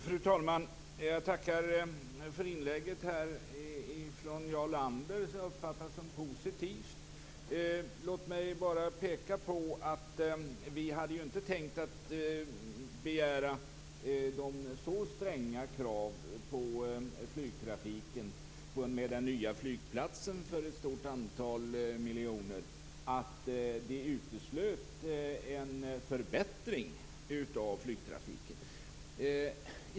Fru talman! Jag tackar för inlägget från Jarl Lander som jag uppfattade som positivt. Jag vill bara peka på att vi inte hade för avsikt att ställa så stränga krav på flygtrafiken vid den stora nya flygplatsen som kostade ett antal miljoner att det uteslöt en förbättring av flygtrafiken.